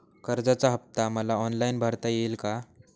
कर्जाचा हफ्ता मला ऑनलाईन भरता येईल का?